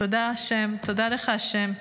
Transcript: תודה ה', תודה לך ה'.